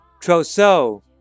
trousseau